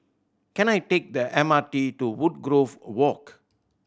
can I take the M R T to Woodgrove Walk